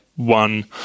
one